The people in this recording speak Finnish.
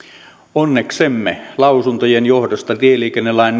onneksemme lausuntojen johdosta tieliikennelain